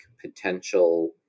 potential